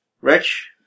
Rich